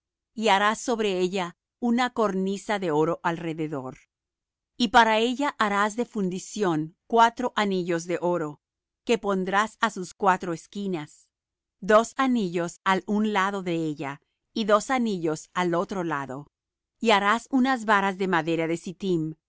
y harás sobre ella una cornisa de oro alrededor y para ella harás de fundición cuatro anillos de oro que pondrás á sus cuatro esquinas dos anillos al un lado de ella y dos anillos al otro lado y harás unas varas de madera de